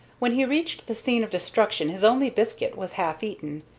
when he reached the scene of destruction his only biscuit was half eaten,